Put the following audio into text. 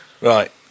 Right